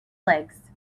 legs